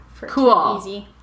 Cool